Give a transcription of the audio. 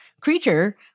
creature